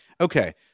Okay